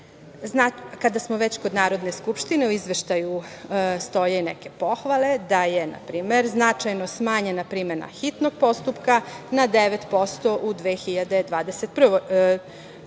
smo već kod Narodne skupštine, u Izveštaju stoje neke pohvale da je npr. značajno smanjena primena hitnog postupka na 9%, u 2020.